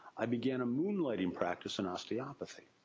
i began a moonlighting practice in osteopathy.